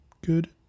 Good